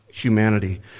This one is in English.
Humanity